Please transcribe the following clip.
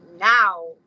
now